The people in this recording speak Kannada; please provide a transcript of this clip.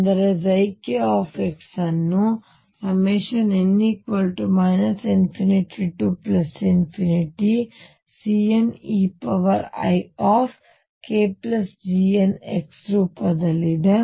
ಅಂದರೆkx ಅನ್ನುn ∞CneikGnx ರೂಪದಲ್ಲಿದೆ